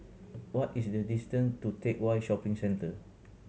what is the distance to Teck Whye Shopping Centre